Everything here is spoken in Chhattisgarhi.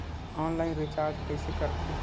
ऑनलाइन रिचार्ज कइसे करथे?